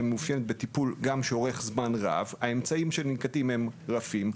שהיא מאופיינת בטיפול שאורך זמן רב והאמצעים שננקטים הם רפים.